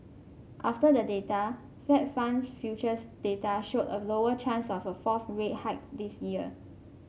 after the data Fed funds futures data showed a lower chance of a fourth rate hike this year